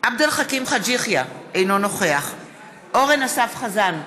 עבד אל חכים חאג' יחיא, אינו נוכח אורן אסף חזן,